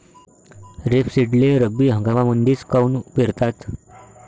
रेपसीडले रब्बी हंगामामंदीच काऊन पेरतात?